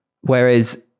Whereas